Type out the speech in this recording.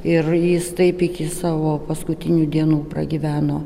ir jis taip iki savo paskutinių dienų pragyveno